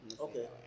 Okay